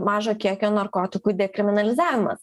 mažo kiekio narkotikų dekriminalizavimas